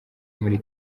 muri